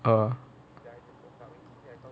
uh